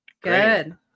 good